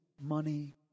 money